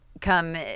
come